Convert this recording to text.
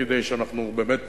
כדי שאנחנו באמת